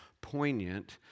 poignant